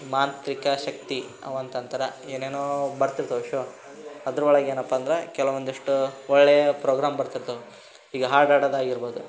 ಮಾಂತ್ರಿಕ ಶಕ್ತಿ ಅವಂತಂತಾರ ಏನೇನೊ ಬರ್ತಿರ್ತಾವೆ ಶೋ ಅದರೊಳಗೇನಪ್ಪ ಅಂದ್ರೆ ಕೆಲವೊಂದಷ್ಟು ಒಳ್ಳೆಯ ಪ್ರೋಗ್ರಾಮ್ ಬರ್ತಿರ್ತಾವ ಈಗ ಹಾಡು ಹಾಡೋದಾಗಿರ್ಬೋದು